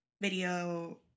video